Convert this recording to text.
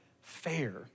fair